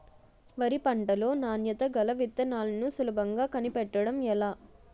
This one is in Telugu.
వరి పంట లో నాణ్యత గల విత్తనాలను సులభంగా కనిపెట్టడం ఎలా?